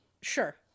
Sure